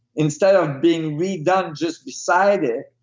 instead of being redone just beside it,